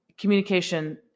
communication